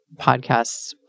podcasts